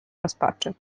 rozpaczy